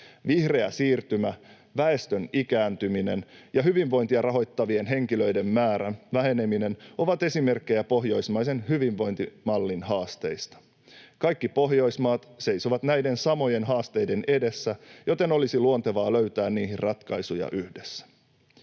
Vihreä siirtymä, väestön ikääntyminen ja hyvinvointia rahoittavien henkilöiden määrän väheneminen ovat esimerkkejä pohjoismaisen hyvinvointimallin haasteista. Kaikki Pohjoismaat seisovat näiden samojen haasteiden edessä, joten olisi luontevaa löytää niihin ratkaisuja yhdessä.